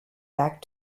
back